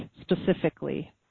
specifically